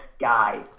guy